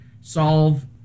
solve